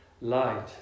Light